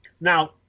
Now